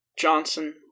Johnson